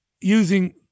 using